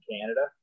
Canada